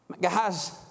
Guys